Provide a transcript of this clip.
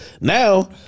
Now